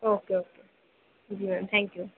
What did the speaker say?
okay okay ji ma'am thank you